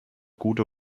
gute